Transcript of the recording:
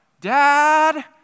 dad